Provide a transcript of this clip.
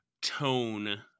tone